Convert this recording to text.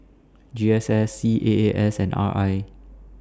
G S S C A A S and R I